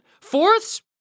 Fourths